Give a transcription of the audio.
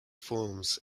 forms